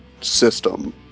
system